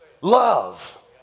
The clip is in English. Love